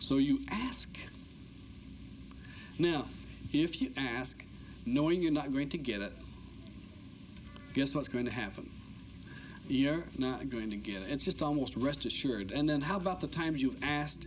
so you ask now if you ask knowing you're not going to get it just what's going to happen you're not going to get it it's just almost rest assured and then how about the times you asked